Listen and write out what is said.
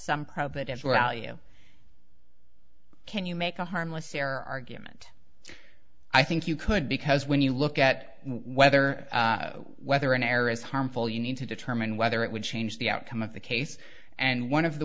well you can you make a harmless error argument i think you could because when you look at whether whether an error is harmful you need to determine whether it would change the outcome of the case and one of the